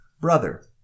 brother